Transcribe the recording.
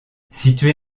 située